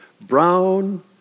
Brown